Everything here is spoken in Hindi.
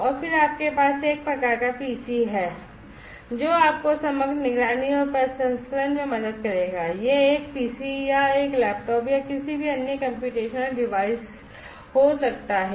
और फिर आपके पास एक प्रकार का पीसी है जो आपको समग्र निगरानी और प्रसंस्करण में मदद करेगा यह एक पीसी या एक लैपटॉप या किसी भी अन्य कम्प्यूटेशनल डिवाइस हो सकता है